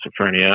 schizophrenia